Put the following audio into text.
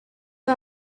you